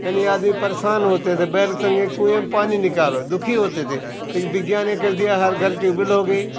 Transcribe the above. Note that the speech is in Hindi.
यानी आदमी परेशान होते थे बैल संग ये कुएँ में पानी निकालो दुखी होते थे लेकिन विज्ञान ने कर दिया हर घर टूबेल हो गई